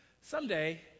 Someday